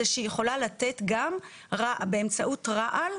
זה שהיא יכולה לתת גם באמצעות רעל,